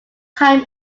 time